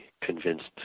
convinced